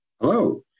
Hello